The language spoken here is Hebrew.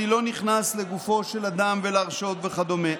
אני לא נכנס לגופו של אדם ולהרשעות וכדומה,